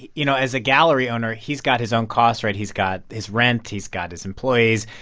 you know, as a gallery owner, he's got his own costs, right? he's got his rent. he's got his employees.